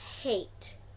hate